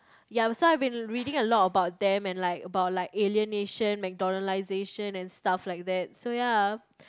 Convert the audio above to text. ya so I've been reading a lot about them and like about like alienation McDonaldization and stuff like that so ya